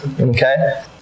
Okay